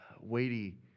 weighty